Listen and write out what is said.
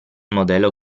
modello